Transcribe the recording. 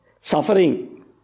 suffering